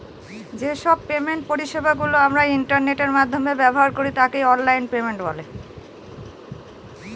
যে সব পেমেন্ট পরিষেবা গুলো আমরা ইন্টারনেটের মাধ্যমে ব্যবহার করি তাকে অনলাইন পেমেন্ট বলে